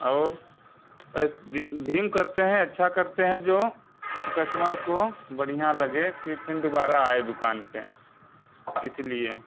और ऐसे धीमे करते हैं अच्छा करते हैं जो कस्टमर को बढ़िया लगे कि फिर दुबारा आए दुकान पर इस लिए